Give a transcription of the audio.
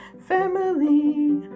family